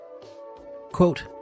quote